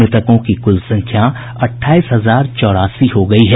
मृतकों की कुल संख्या अट्ठाईस हजार चौरासी हो गई है